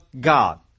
God